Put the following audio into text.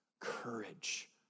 courage